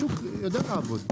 השוק יודע לעבוד.